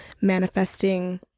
manifesting